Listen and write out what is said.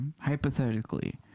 hypothetically